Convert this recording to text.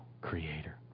Creator